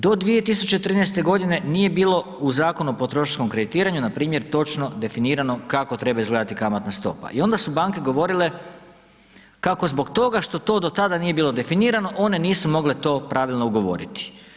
Do 2013. godine nije bilo u Zakonu o potrošenom kreditiranju npr. točno definirano kako treba izgledati kamatna stopa i onda su banke govorile kako zbog toga što to do tada nije bilo definirano one nisu mogle to pravilno ugovoriti.